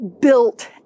built